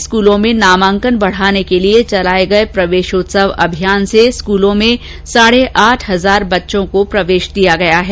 नागौर जिले के सरकारी स्कूलों में नामांकन बढ़ाने के लिए चलाए गए प्रवेशोत्सव अभियान से स्कूलों में साढे आठ हजार बच्चों को प्रवेश दिया गया है